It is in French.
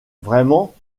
vraiment